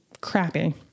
crappy